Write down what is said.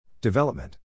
Development